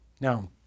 Now